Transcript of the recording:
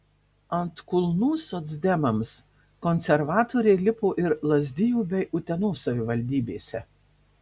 ant kulnų socdemams konservatoriai lipo ir lazdijų bei utenos savivaldybėse